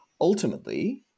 Ultimately